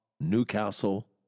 Newcastle